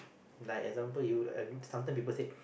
like example you I sometime people said